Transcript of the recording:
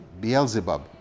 Beelzebub